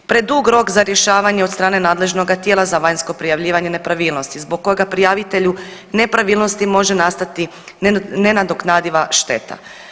Predug rok za rješavanje od strane nadležnoga tijela za vanjsko prijavljivanje nepravilnosti zbog kojega prijavitelju nepravilnosti može nastati nenadoknadiva šteta.